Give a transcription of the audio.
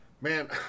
man